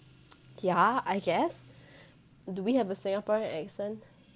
yeah I guess do we have a singaporean accent